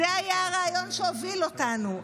זה היה הרעיון שהוביל אותנו.